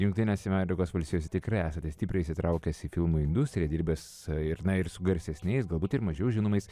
jungtinėse amerikos valstijose tikrai esate stipriai įsitraukęs į filmų industriją dirbęs ir na ir su garsesniais galbūt ir mažiau žinomais